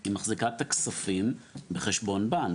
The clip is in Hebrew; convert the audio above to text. היא מחזיקה את הכספים בחשבון בנק.